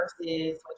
versus